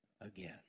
Again